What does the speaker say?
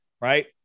right